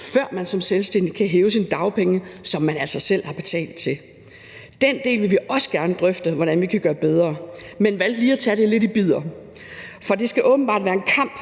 før man som selvstændig kan hæve sine dagpenge, som man altså selv har betalt til. Den del vil vi også gerne drøfte hvordan vi kan gøre bedre, men vi valgte lige at tage det lidt i bidder, for det skal åbenbart være en kamp